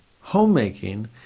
Homemaking